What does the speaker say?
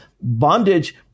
Bondage